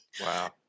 Wow